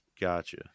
gotcha